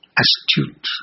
astute